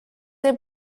they